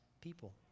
people